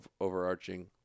overarching